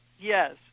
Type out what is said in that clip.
Yes